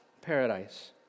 paradise